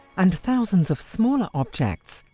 and thousands of smaller objects,